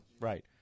Right